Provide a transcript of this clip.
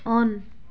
on